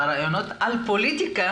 בריאיונות על פוליטיקה